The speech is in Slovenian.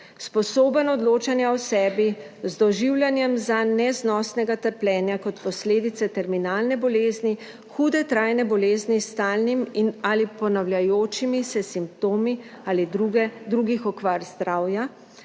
sposoben odločanja o sebi z doživljanjem zanj neznosnega trpljenja kot posledice terminalne bolezni, hude trajne bolezni s stalnim ali ponavljajočimi se simptomi ali drugih okvar zdravja,